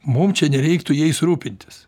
mum čia nereiktų jais rūpintis